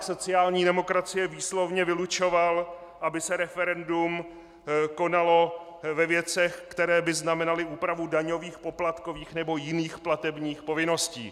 Návrh sociální demokracie výslovně vylučoval, aby se referendum konalo ve věcech, které by znamenaly úpravu daňových, poplatkových nebo jiných platebních povinností.